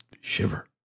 shiver